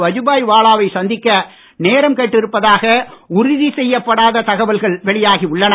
வாஜ்பாய் வாலா வை சந்திக்க நேரம் கேட்டிருப்பதாக உறுதி செய்யப்படாத தகவல்கள் வெளியாகி உள்ளன